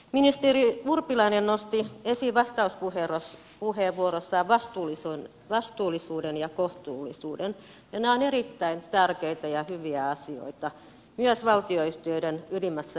ministeri urpilainen nosti esiin vastauspuheenvuorossaan vastuullisuuden ja kohtuullisuuden ja nämä ovat erittäin tärkeitä ja hyviä asioita myös valtionyhtiöiden ylimmässä johdossa